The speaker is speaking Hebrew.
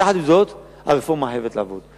יחד עם זאת, הרפורמה חייבת לעבור.